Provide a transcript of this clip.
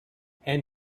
and